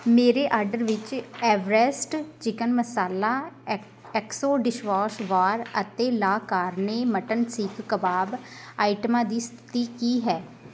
ਮੇਰੇ ਆਰਡਰ ਵਿੱਚ Everest chicken masala ex Exo dishwash bar ਅਤੇ la carne mutton seekh kebab ਆਈਟਮਾਂ ਦੀ ਸਥਿਤੀ ਕੀ ਹੈ